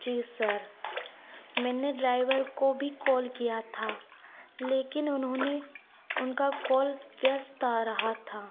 जी sir मैंने driver को भी कॉल किया था लेकिन उन्होंने उनका कॉल व्यस्त आ रहा था